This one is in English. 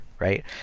right